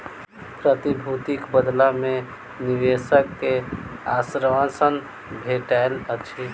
प्रतिभूतिक बदला मे निवेशक के आश्वासन भेटैत अछि